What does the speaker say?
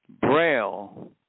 Braille